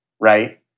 right